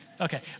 Okay